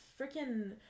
freaking